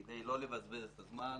כדי לא לבזבז את הזמן.